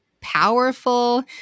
powerful